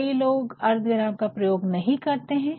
कई जगह लोग अर्धविराम नहीं प्रयोग करते है